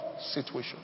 situation